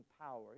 power